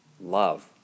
love